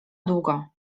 długo